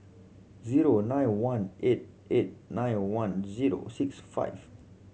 zero nine one eight eight nine one zero six five